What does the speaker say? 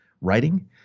writing